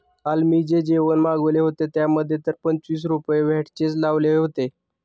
काल मी जे जेवण मागविले होते, त्यामध्ये तर पंचवीस रुपये व्हॅटचेच लावले होते